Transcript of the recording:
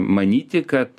manyti kad